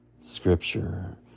Scripture